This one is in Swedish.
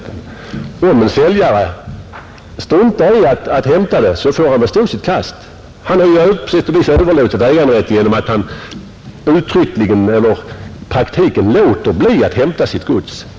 Om en säljare struntar i att hämta godset får han väl stå sitt kast. Han har ju på sätt och vis överlåtit äganderätten genom att han i praktiken låter bli att hämta varan.